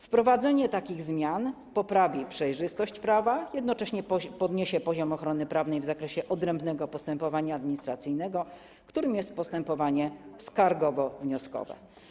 Wprowadzenie tych zmian poprawi przejrzystość prawa i jednocześnie podniesie poziom ochrony prawnej w zakresie odrębnego postępowania administracyjnego, którym jest postępowanie skargowo-wnioskowe.